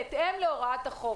בהתאם להוראת החוק?